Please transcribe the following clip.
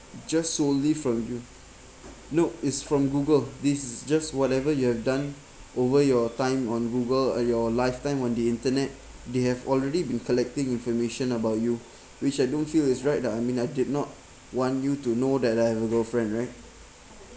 just solely from you no it's from google this just whatever you have done over your time on google or your lifetime on the internet they have already been collecting information about you which I don't feel is right lah I mean I did not want you to know that I have a girlfriend right